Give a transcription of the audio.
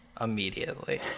immediately